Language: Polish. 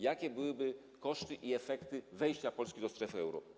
Jakie byłyby koszty i efekty wejścia Polski do strefy euro?